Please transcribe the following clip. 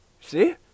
see